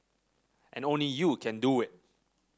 and only you can do it